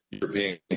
European